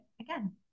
again